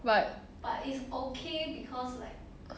but